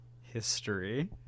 history